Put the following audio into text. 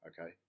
Okay